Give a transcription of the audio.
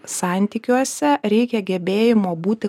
santykiuose reikia gebėjimo būti